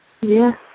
Yes